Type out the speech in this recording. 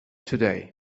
today